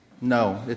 No